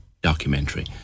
documentary